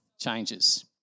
changes